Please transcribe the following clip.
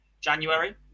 January